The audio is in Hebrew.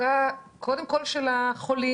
מצוקה של שני הצדדים, מצוקה קודם כל של החולים,